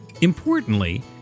Importantly